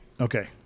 Okay